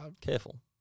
careful